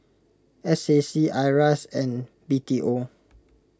S A C Iras and B T O